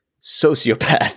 sociopath